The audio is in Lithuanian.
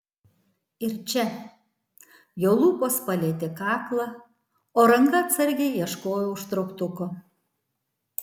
ir čia jo lūpos palietė kaklą o ranka atsargiai ieškojo užtrauktuko